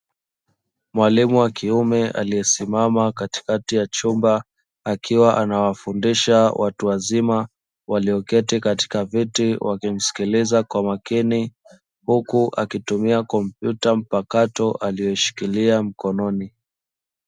Mwalimu Wa kiume aliyesimama katikati ya chumba akiwa anawafundisha watu wazima walioketi katika viti, wakimsikiliza kwa makini huku akitumia kompyuta mpakato aliyoshikilia mkononi.